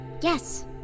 Yes